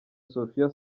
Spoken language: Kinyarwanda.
sofia